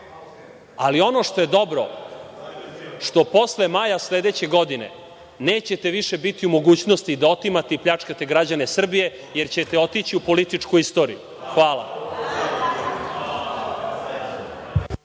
ali ono što je dobro jeste što posle maja sledeće godine nećete više biti u mogućnosti da otimate i pljačkate građane Srbije, jer ćete otići u političku istoriju. Hvala.